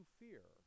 fear